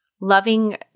loving